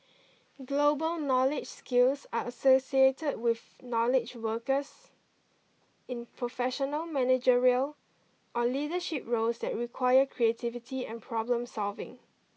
global knowledge skills are associated with knowledge workers in professional managerial or leadership roles that require creativity and problem solving